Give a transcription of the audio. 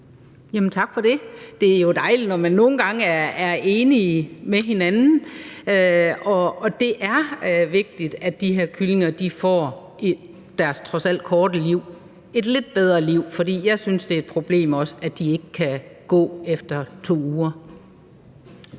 Tak for det. Det er jo dejligt, når man nogle gange er enige med hinanden, og det er vigtigt, at de her kyllinger i deres trods alt korte liv får et lidt bedre liv. For jeg synes også, det er et problem, at de ikke kan gå efter 2 uger.